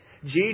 Jesus